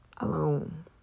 Alone